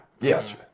Yes